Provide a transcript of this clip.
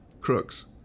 Crooks